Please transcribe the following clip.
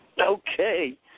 Okay